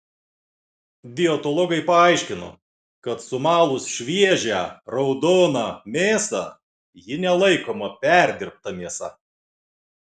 dietologai paaiškino kad sumalus šviežią raudoną mėsą ji nelaikoma perdirbta mėsa